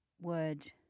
word